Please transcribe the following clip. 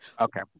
Okay